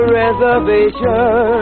reservation